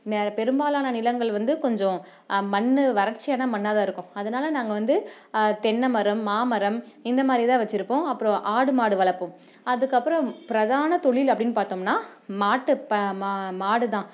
நெ பெரும்பாலான நிலங்கள் வந்து கொஞ்சம் மண் வறட்சியான மண்ணாகதான் இருக்கும் அதனால் நாங்கள் வந்து தென்னைமரம் மாமரம் இந்த மாதிரி தான் வச்சிருப்போம் அப்றம் ஆடு மாடு வளர்ப்போம் அதுக்கப்புறம் பிரதான தொழில் அப்படின்னு பார்த்தோம்னா மாட்டு ப மா மாடு தான்